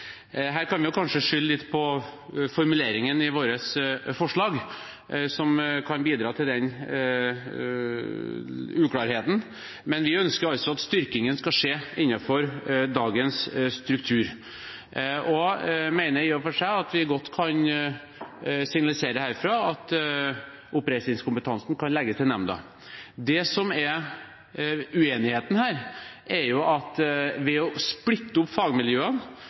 Her kan man kanskje skylde litt på formuleringen i vårt forslag, som kan bidra til uklarheten, men vi ønsker at styrkingen skal skje innenfor dagens struktur, og mener i og for seg at vi godt kan signalisere herfra at oppreisningskompetansen kan legges til nemnda. Det uenigheten dreier seg om her, er at vi mener at ved å splitte opp fagmiljøene,